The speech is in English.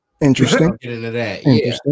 Interesting